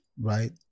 right